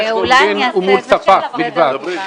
אולי אני אעשה איזשהו סדר בדבר?